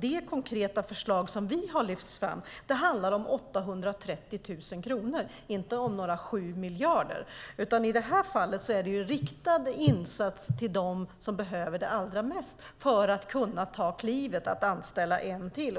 Det konkreta förslag som vi lyfter fram handlar om 830 000 kronor, inte om några 7 miljarder. I detta fall är det en riktad insats till dem som behöver det allra mest för att kunna ta klivet att anställa en till.